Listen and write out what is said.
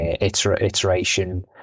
iteration